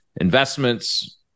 investments